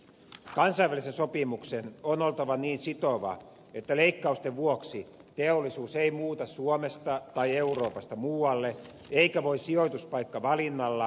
kansainvälisen sopimuksen on oltava niin sitova että leikkausten vuoksi teollisuus ei muuta suomesta tai euroopasta muualle eikä voi sijoituspaikkavalinnalla paeta velvollisuuksiaan